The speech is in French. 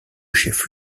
chef